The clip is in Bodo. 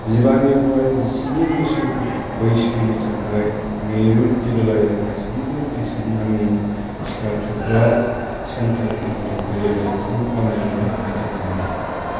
जिबानिफ्राय जिस्नि बोसोर बैसोनि थाखाय मीरठ जिल्लायाव गासैबो बेसेन नाङि टिका थुग्रा सेन्टारफोरनि फारिलाइखौ बानायनो हागोन नामा